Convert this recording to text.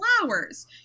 flowers